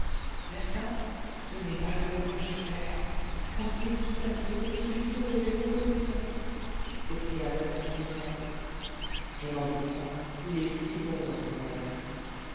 n'est-ce pas tenez malgré moi j'espère oh si vous saviez comme je suis heureux et reconnaissant s'écria le maître d'école je n'en doute pas il est si bon notre maître